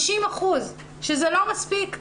50% שזה לא מספיק,